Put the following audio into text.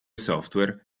software